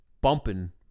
bumping